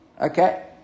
okay